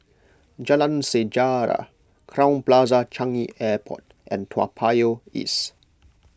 Jalan Sejarah Crowne Plaza Changi Airport and Toa Payoh East